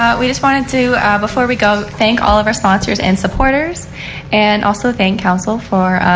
ah we just wanted to ah before we go thank all of our sponsors and supporters and also thank council for